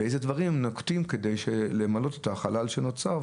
ואילו דברים נוקטים כדי למלא את החלל שנוצר,